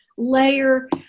layer